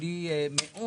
ואני מאוד